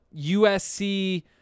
USC